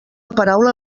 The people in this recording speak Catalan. paraula